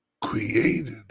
created